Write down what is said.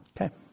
Okay